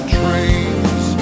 trains